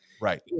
Right